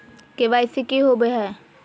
KYC की हॉबे हय?